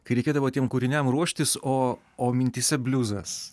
kai reikėdavo tiem kūriniam ruoštis o o mintyse bliuzas